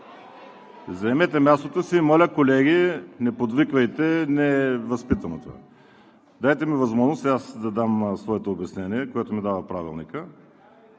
заемете мястото си! Моля, колеги, не подвиквайте! Не е възпитано това. Дайте ми възможност да дам своето обяснение, която ми дава Правилникът.